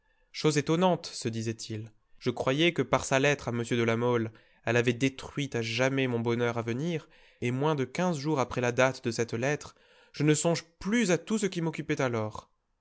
chose étonnante se disait-il je croyais que par sa lettre à m de la mole elle avait détruit à jamais mon bonheur à venir et moins de quinze jours après la date de cette lettre je ne songe plus à tout ce qui m'occupait alors